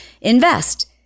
invest